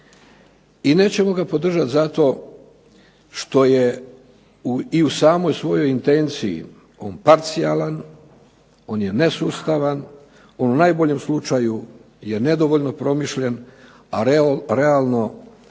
I nećemo ga podržati zato što je i u samoj svojoj intenciji on parcijalan, on je nesustavan, on u najboljem slučaju je nedovoljno promišljen, a realno